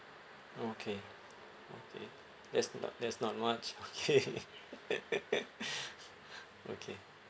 okay okay that's not that's not much okay okay